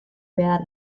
behar